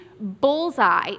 bullseye